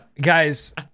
guys